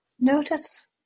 notice